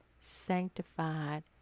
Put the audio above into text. sanctified